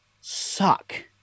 suck